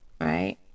right